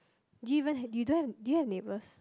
do you even have you don't do you have neighbours